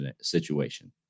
situation